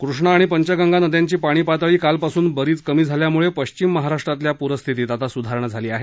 कृष्णा आणि पंचगंगा नद्यांची पाणी पातळी कालपासून बरीच कमी झाल्यामुळे पश्चिम महाराष्ट्रातल्या पूरस्थितीत आता स्धारणा झाली आहे